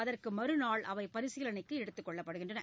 அதற்கு மறுநாள் அவை பரிசீலனைக்கு எடுத்துக்கொள்ளப்படுகின்றன